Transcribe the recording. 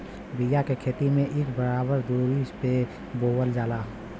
बिया के खेती में इक बराबर दुरी पे बोवल जाला